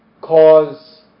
cause